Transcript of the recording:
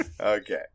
okay